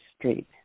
street